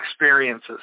experiences